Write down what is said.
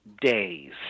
days